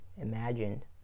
imagined